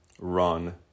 run